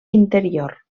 interior